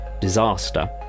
disaster